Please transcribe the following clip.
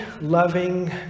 loving